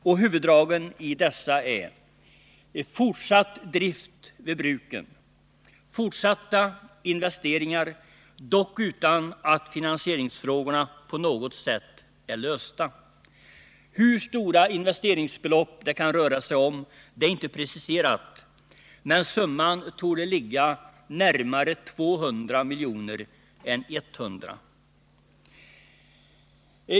Huvuddragen i dessa är: Fortsatta investeringar, dock utan att finansieringsfrågorna på något sätt är lösta. Hur stora investeringsbelopp det kan röra sig om är inte preciserat, men summan torde ligga närmare 200 milj.kr. än 100 milj.kr.